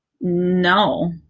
No